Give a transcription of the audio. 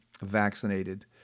vaccinated